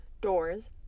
doors